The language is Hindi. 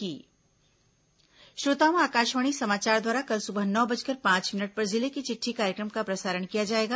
जिले की चिट़ठी श्रोताओं आकाशवाणी समाचार द्वारा कल सुबह नौ बजकर पांच मिनट पर जिले की चिट्ठी कार्यक्रम का प्रसारण किया जाएगा